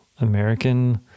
American